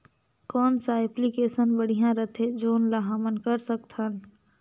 कौन सा एप्लिकेशन बढ़िया रथे जोन ल हमन कर सकथन?